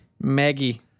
Maggie